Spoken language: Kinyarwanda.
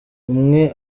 umwe